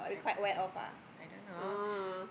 I I don't know I don't know